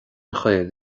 ghaol